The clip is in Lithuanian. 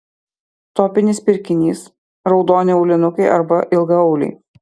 topinis pirkinys raudoni aulinukai arba ilgaauliai